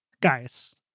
Guys